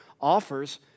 offers